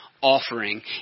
offering